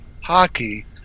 hockey